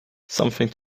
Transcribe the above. something